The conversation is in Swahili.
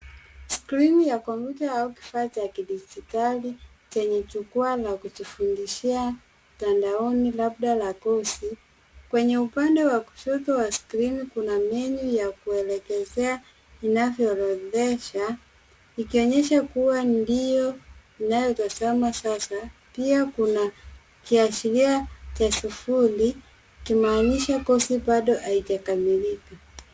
Skrini ya kompyuta au kifaa cha kidigitali chenye jukwaa la kujifundishia mtandaoni labda la kosi kwenye upande wa kushoto wa skrini kuna menu ya kuelekezea inavyorodhesha ikionyesha kuwa ndiyo unayotazama sasa. Pia kuna kiashiria cha sufuri kimaanisha kosi bado haijakamilika.